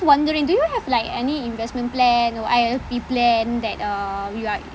wondering do you have like any investment plan or I_L_P plan that uh you're